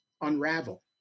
unravel